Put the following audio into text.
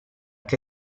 che